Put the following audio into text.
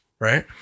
Right